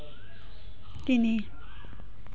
তিনি